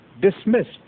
dismissed